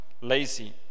lazy